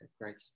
great